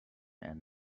and